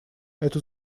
эту